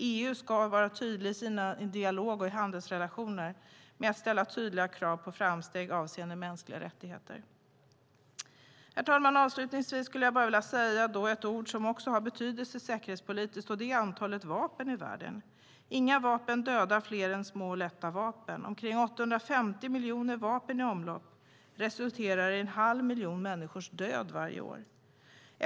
EU ska vara tydligt i dialog och i handelsrelationer och ställa tydliga krav på framsteg avseende mänskliga rättigheter. Herr talman! Avslutningsvis skulle jag bara vilja säga ett par ord om något som också har betydelse säkerhetspolitiskt, och det är antalet vapen i världen. Inga vapen dödar fler än små och lätta vapen. Omkring 850 miljoner vapen i omlopp resulterar i en halv miljon människors död varje år.